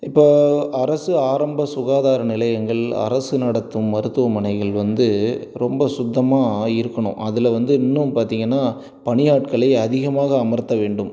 இப்போ அரசு ஆரம்ப சுகாதாரநிலையங்கள் அரசு நடத்தும் மருத்துவமனைகள் வந்து ரொம்ப சுத்தமாக இருக்கணும் அதில் வந்து இன்னும் பார்த்தீங்கன்னா பணி ஆட்களை அதிகமாக அமர்த்த வேண்டும்